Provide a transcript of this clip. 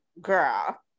girl